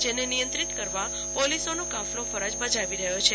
જેને નિયંત્રિત કરવા પોલીસોનો કાફલો ફરજ બજાવી રહ્યો છે